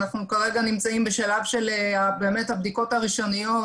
כרגע אנחנו נמצאים בשלב של הבדיקות הראשוניות,